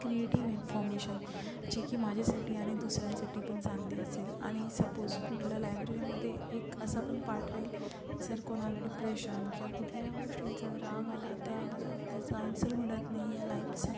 creative information जे की माझ्यासाठी आणि दुसऱ्यांसाठी पण चांगली असेल आणि सपोस कुठल्या लायब्ररीमध्ये एक असा पण पार्ट राहील जर कोणाला डिप्रेशन किंवा कुठल्या गोष्टींचा जर राग आला त्याग आला त्याचं आन्सर मिळत नाही आहे लाईपचं